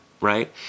right